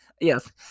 yes